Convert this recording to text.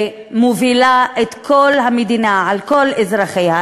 ומובילה את כל המדינה על כל אזרחיה,